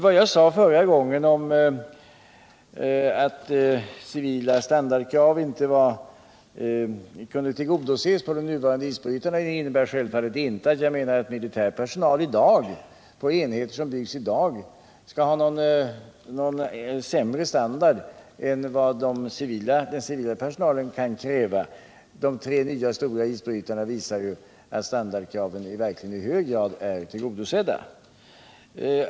Vad jag sade förra gången om att civila standardkrav inte kunde tillgodoses på de nuvarande isbrytarna innebär självfallet inte att jag menar att militär personal på enheter som byggs i dag skall ha sämre standard än vad den civila personalen kan kräva. Och de tre nya stora isbrytarna visar ju att standardkraven verkligen i hög grad är tillgodosedda.